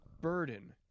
burden